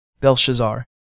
Belshazzar